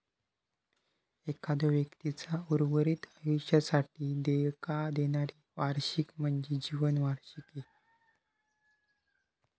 एखाद्यो व्यक्तीचा उर्वरित आयुष्यासाठी देयका देणारी वार्षिकी म्हणजे जीवन वार्षिकी